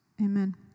Amen